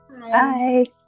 Bye